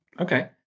Okay